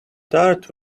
darth